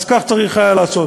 אז כך צריך היה לעשות.